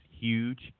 huge